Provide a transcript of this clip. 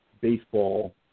baseball